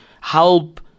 help